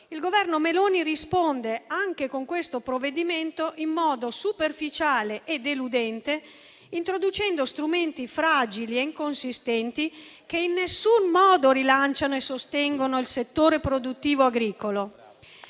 il Governo Meloni risponde, anche con questo provvedimento, in modo superficiale e deludente, introducendo strumenti fragili e inconsistenti, che in alcun modo rilanciano e sostengono il settore produttivo agricolo.